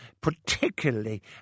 particularly